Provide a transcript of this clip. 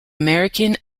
american